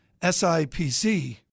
SIPC